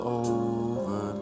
over